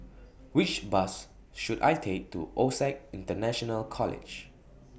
Which Bus should I Take to OSAC International College